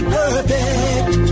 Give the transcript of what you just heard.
perfect